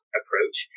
approach